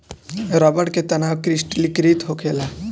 रबड़ के तनाव क्रिस्टलीकृत होखेला